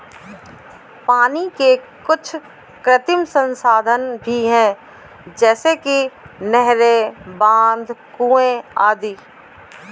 पानी के कुछ कृत्रिम संसाधन भी हैं जैसे कि नहरें, बांध, कुएं आदि